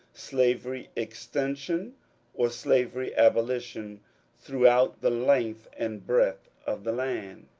slavery extension or slavery abolition throughout the length and breadth of the land.